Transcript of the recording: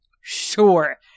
Sure